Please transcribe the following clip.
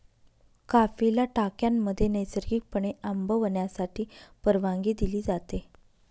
कॉफीला टाक्यांमध्ये नैसर्गिकपणे आंबवण्यासाठी परवानगी दिली जाते